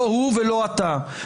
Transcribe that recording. לא הוא ולא אתה.